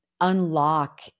unlock